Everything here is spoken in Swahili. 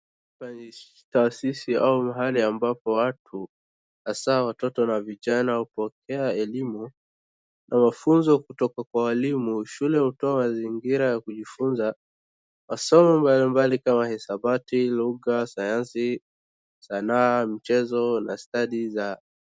Taasisi au mahali ambapo watu hasaa watoto na vijana hupokea elimu ama funzo kutoka kwa walimu. Shule hutoa mazingira ya kujifunza masomo mbalimbali kama hisabati, lugha, sayansi, sanaa, mchezo na stadi za.